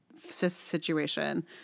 situation